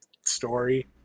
story